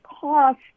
cost